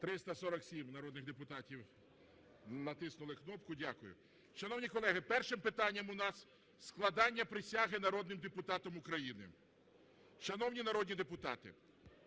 347 народних депутатів натиснули кнопку. Дякую. Шановні колеги, перше питання у нас – складення присяги народним депутатом України. Шановні народні депутати,